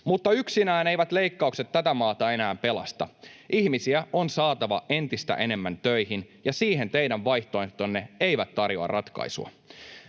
Mutta yksinään eivät leikkaukset tätä maata enää pelasta. Ihmisiä on saatava entistä enemmän töihin, ja siihen teidän vaihtoehtonne eivät tarjoa ratkaisua.